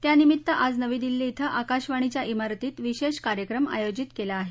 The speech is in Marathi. त्यानिमित्त आज नवी दिल्ली इथं आकाशवाणीच्या इमारतीत विशेष कार्यक्रम आयोजित केला आहे